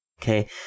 Okay